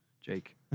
Jake